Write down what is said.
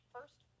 First